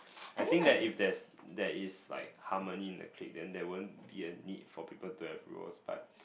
I think that if there's there is like harmony in the clique then there won't be a need for people to have roles but